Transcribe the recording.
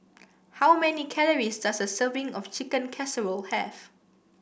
how many calories does a serving of Chicken Casserole have